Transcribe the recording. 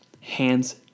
Hands